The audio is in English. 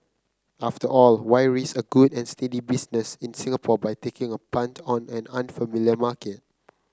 after all why risk a good and steady business in Singapore by taking a punt on an unfamiliar market